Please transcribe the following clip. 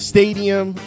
Stadium